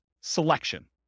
selection